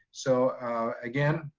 so again,